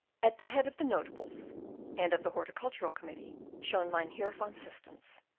at the head of the notables and of the horticultural committee shone mynheer van systens,